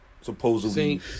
supposedly –